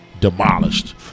Demolished